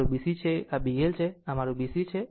તો આ મારી B C છે અને આ મારી B L છે